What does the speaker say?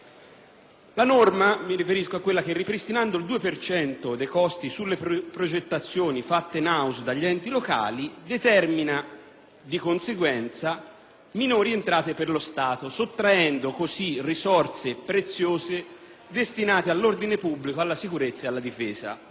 La norma, ripristinando il 2 per cento dei costi sulle progettazioni fatte *in house* dagli enti locali, determina di conseguenza minori entrate per lo Stato, sottraendo così risorse preziose destinate all'ordine pubblico, alla sicurezza e alla difesa.